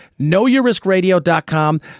KnowYourRiskRadio.com